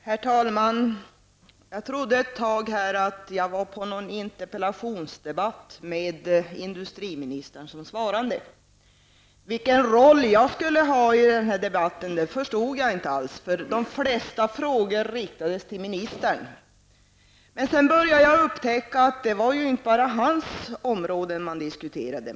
Herr talman! Jag trodde ett tag att jag var på en interpellationsdebatt med industriministern som svarande. Vilken roll jag skulle ha i den här debatten förstod jag inte alls, för de flesta frågorna riktades till ministern. Men sedan började jag upptäcka att det inte bara var hans område som diskuterades.